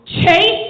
chase